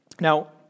Now